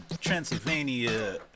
Transylvania